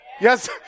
Yes